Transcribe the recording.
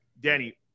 Danny